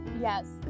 Yes